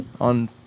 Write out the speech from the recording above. on